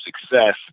success